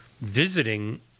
visiting